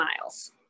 miles